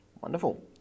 Wonderful